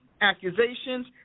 accusations